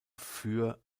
für